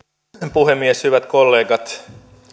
puhemies hyvät kollegat